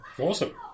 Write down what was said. Awesome